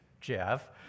Jeff